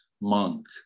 monk